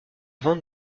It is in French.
vente